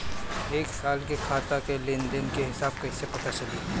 एक साल के खाता के लेन देन के हिसाब कइसे पता चली?